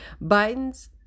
Biden's